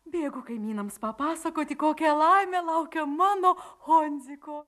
bėgu kaimynams papasakoti kokia laimė laukia mano honziko